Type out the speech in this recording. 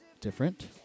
different